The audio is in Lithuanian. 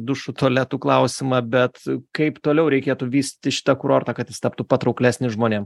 dušų tualetų klausimą bet kaip toliau reikėtų vystyti šitą kurortą kad jis taptų patrauklesnis žmonėm